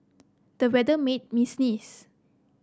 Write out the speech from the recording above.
the weather made me sneeze